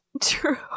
true